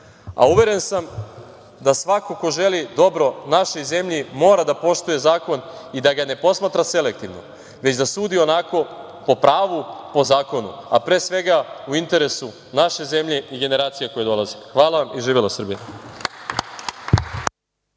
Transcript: a uveren sam da svako ko želi dobro našoj zemlji, mora da poštuje zakon i da ga ne posmatra selektivno, već da sudi onako po pravu i zakonu, a pre svega u interesu naše zemlje i generacija koje dolaze. Hvala vam i živela Srbija.